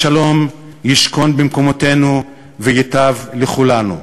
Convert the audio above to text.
ושלום ישכון במקומותינו וייטב לכולנו.